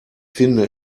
finde